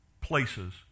places